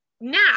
now